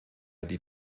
die